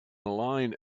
line